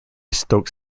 stoke